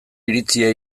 iritzia